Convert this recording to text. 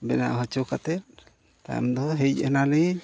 ᱵᱮᱱᱟᱣ ᱦᱚᱪᱚ ᱠᱟᱛᱮᱫ ᱛᱟᱭᱚᱢ ᱫᱚ ᱦᱮᱡ ᱮᱱᱟᱞᱤᱧ